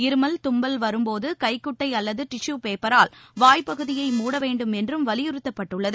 இருமல் தும்பல் வரும்போது கைகுட்டை அல்லது டிஷு பேப்பரால் வாய் பகுதியை மூட வேண்டும் என்றும் வலியுறுத்தப்பட்டுள்ளது